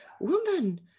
woman